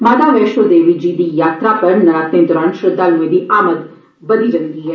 माता वैष्णो दब्बी जी दी यात्रा पर नरातें दौरान श्रद्धाल्एं दी आमन बदी जंदी ऐ